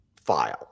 file